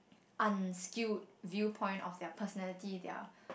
unskilled view point of their personality their